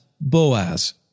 Boaz